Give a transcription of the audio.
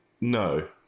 No